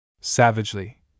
Savagely